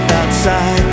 outside